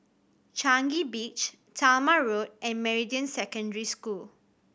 Changi Beach Talma Road and Meridian Secondary School